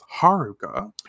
Haruka